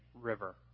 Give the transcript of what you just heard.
river